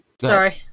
sorry